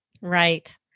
Right